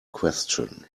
question